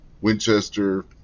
Winchester